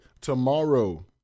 Tomorrow